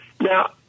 Now